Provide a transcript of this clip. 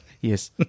Yes